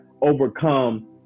overcome